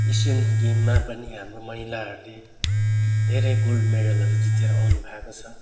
Asian गेममा पनि हाम्रो महिलाहरूले धेरै गोल्ड मेडलहरू जितेर आउनु भएको छ